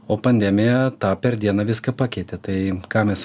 o pandemija tą per dieną viską pakeitė tai ką mes